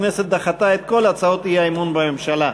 הכנסת דחתה את כל הצעות האי-אמון בממשלה.